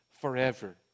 forever